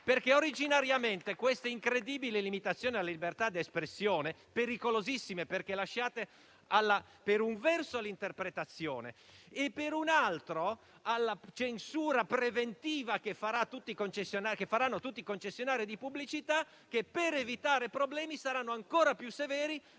del suo esame. Questa incredibile limitazione alla libertà di espressione è pericolosissima perché lasciata, per un verso, all'interpretazione, e per un altro, alla censura preventiva che faranno tutti i concessionari di pubblicità. Questi ultimi, per evitare problemi, saranno ancora più severi